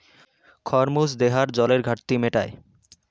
খরমুজ দেহার জলের ঘাটতি মেটায়